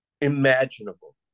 imaginable